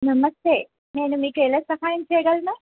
నమస్తే నేను మీకు ఎలా సహాయం చేయగలను